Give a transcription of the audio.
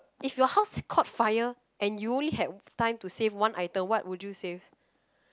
if your house caught fire and you only had time to save one item what would you save